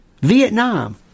Vietnam